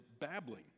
babbling